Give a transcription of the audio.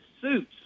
suits